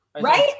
Right